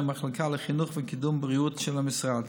המחלקה לחינוך וקידום בריאות של המשרד.